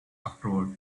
afterward